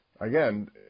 again